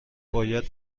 باید